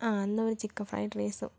ആ എന്നാൽ ഒരു ചിക്കൻ ഫ്രൈഡ് റൈസും